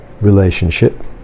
relationship